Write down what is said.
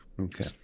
Okay